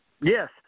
Yes